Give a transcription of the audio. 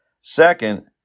Second